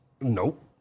Nope